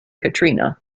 katrina